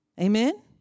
Amen